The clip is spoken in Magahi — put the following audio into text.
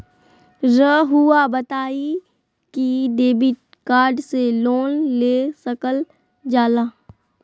रहुआ बताइं कि डेबिट कार्ड से लोन ले सकल जाला?